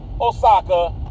Osaka